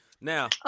Now